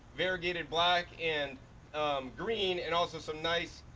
veragated black and green, and also some nice,